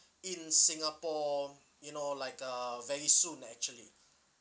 in singapore you know like uh very soon actually